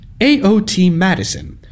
AOTMadison